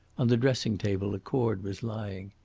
on the dressing-table a cord was lying.